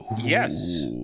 Yes